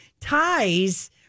ties